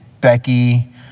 Becky